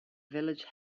village